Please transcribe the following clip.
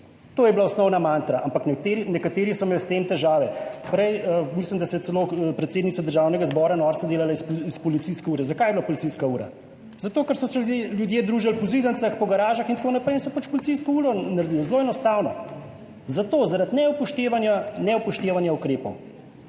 To je bila osnovna mantra, ampak nekateri so imeli s tem težave. Prej se je, mislim, da celo predsednica Državnega zbora delala norca iz policijske ure. Zakaj je bila policijska ura? Zato, ker so se ljudje družili po zidanicah, po garažah in tako naprej in so pač naredili policijsko uro, zelo enostavno. Zato, zaradi neupoštevanja ukrepov.